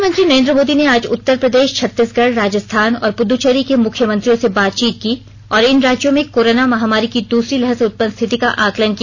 प्रधानमंत्री नरेन्द्र मोदी ने आज उत्तर प्रदेश छत्तीसगढ राजस्थान और पुद्दचेरी के मुख्यमंत्रियों से बातचीत की और इन राज्यों में कोरोना महामारी की दूसरी लहर से उत्पन्न स्थिति का आकलन किया